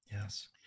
Yes